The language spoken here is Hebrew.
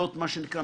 שמי אירית איזקסון,